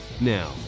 Now